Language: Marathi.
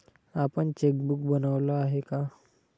आपण चेकबुक बनवलं आहे का?